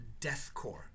deathcore